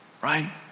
right